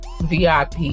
VIP